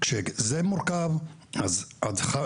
כשזה מורכב, אז על אחת